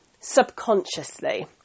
subconsciously